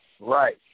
right